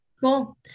Cool